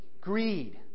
greed